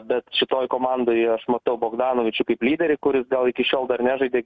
bet šitoj komandoje aš matau bogdanovičių kaip lyderį kuris gal iki šiol dar nežaidė